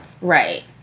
Right